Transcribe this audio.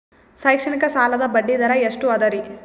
ಶೈಕ್ಷಣಿಕ ಸಾಲದ ಬಡ್ಡಿ ದರ ಎಷ್ಟು ಅದರಿ?